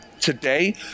today